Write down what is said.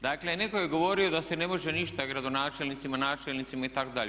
Dakle, netko je govorio da se ne može ništa gradonačelnicima, načelnicima itd.